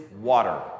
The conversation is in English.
water